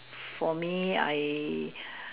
for me I